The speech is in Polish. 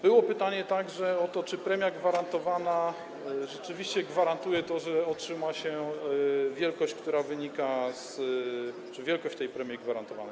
Było pytanie także o to, czy premia gwarantowana rzeczywiście gwarantuje to, że otrzyma się wielkość, która wynika... pytanie o wielkość premii gwarantowanej.